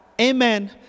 Amen